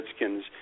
Redskins